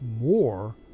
more